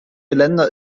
länder